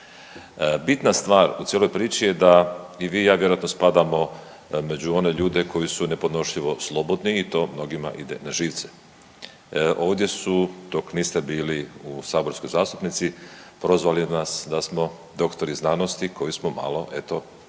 Bitna stvar u cijeloj priči je da i vi i ja vjerojatno spadamo među one ljude koji su nepodnošljivo slobodni i to mnogima ide na živce. Ovdje su dok niste bili u saborskoj zastupnici prozvali nas da smo doktori znanosti koji smo malo eto